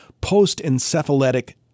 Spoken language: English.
post-encephalitic